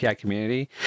community